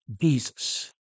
Jesus